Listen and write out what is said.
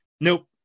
Nope